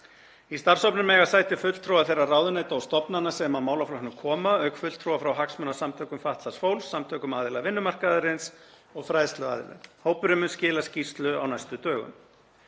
Í starfshópnum eiga sæti fulltrúar þeirra ráðuneyta og stofnana sem að málaflokknum koma, auk fulltrúa frá hagsmunasamtökum fatlaðs fólks, samtökum aðila vinnumarkaðarins og fræðsluaðilum. Hópurinn mun skila skýrslu á næstu dögum.